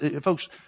folks